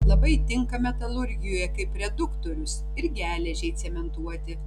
labai tinka metalurgijoje kaip reduktorius ir geležiai cementuoti